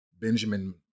Benjamin